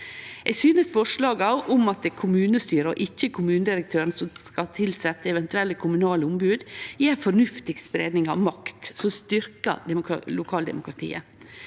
Eg synest forslaga om at det er kommunestyret og ikkje kommunedirektøren som skal tilsetje eventuelle kommunale ombod, gjev ei fornuftig spreiing av makt, noko som styrkjer lokaldemokratiet.